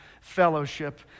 fellowship